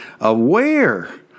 aware